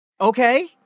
Okay